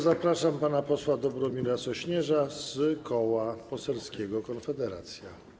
Zapraszam pana posła Dobromira Sośnierza z Koła Poselskiego Konfederacja.